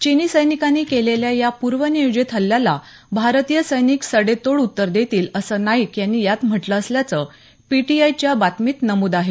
चिनी सैनिकांनी केलेल्या या पूर्वनियोजित हल्ल्याला भारतीय सैनिक सडेतोड उत्तर देतील असं नाईक यांनी यात म्हटलं असल्याचं पीटीआयच्या बातमीत नमूद आहे